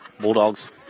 Bulldogs